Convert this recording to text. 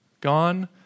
gone